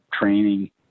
training –